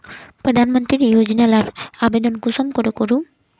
प्रधानमंत्री योजना लार आवेदन कुंसम करे करूम?